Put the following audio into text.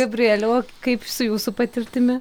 gabrieliau o kaip su jūsų patirtimi